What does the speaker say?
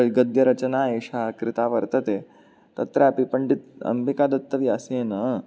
गद्यरचना एषा कृता वर्तते तत्रापि पण्डित अम्बिकादत्तव्यासेन